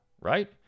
right